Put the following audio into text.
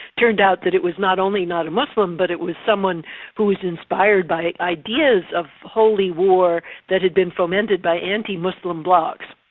turned out that it was not only not a muslim but it was someone who was inspired by ideas of holy war that had been fomented by anti-muslim blogs.